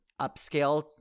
upscale